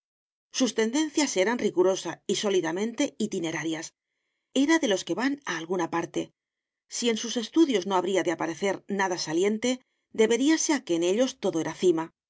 sus tendencias eran rigurosa y sólidamente itinerarias era de los que van a alguna parte si en sus estudios no habría de aparecer nada saliente deberíase a que en ellos todo era cima